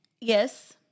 Yes